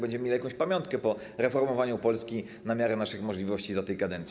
Będziemy mieli jakąś pamiątkę po reformowaniu Polski na miarę naszych możliwości za tej kadencji.